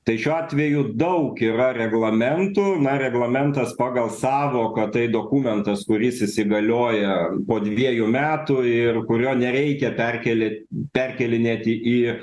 tai šiuo atveju daug yra reglamentų na reglamentas pagal sąvoką tai dokumentas kuris įsigalioja po dviejų metų ir kurio nereikia perkėlė perkėlinėti į